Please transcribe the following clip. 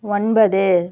ஒன்பது